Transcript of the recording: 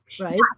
right